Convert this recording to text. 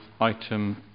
item